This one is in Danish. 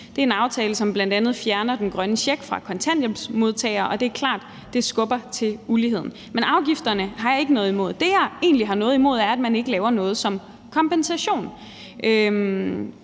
Det er en aftale, som bl.a. fjerner den grønne check fra kontanthjælpsmodtagere, og det er klart, at det skubber til uligheden. Men afgifterne har jeg ikke noget imod. Det, jeg egentlig har noget imod, er, at man ikke laver noget som kompensation.